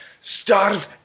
starve